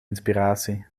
inspiratie